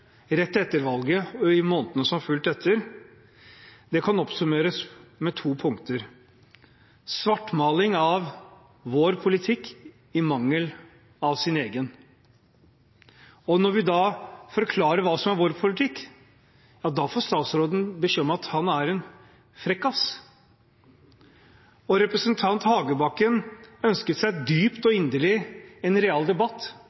rett etter valget og i månedene som fulgte, og det kan oppsummeres med to punkter. Det ene er svartmaling av vår politikk i mangel av en egen politikk. Når vi da forklarer hva som er vår politikk, får statsråden beskjed om at han er en frekkas. Og representanten Hagebakken ønsker seg dypt og inderlig en